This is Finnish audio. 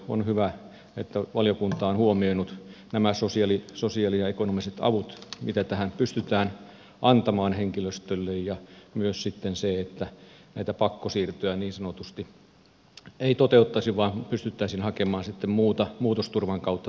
on hyvä että valiokunta on huomioinut nämä sosiaali ja ekonomiset avut mitä tähän pystytään antamaan henkilöstölle ja myös että näitä pakkosiirtoja niin sanotusti ei toteutettaisi vaan pystyttäisiin hakemaan sitten muuta muutosturvan kautta tulevaa työtä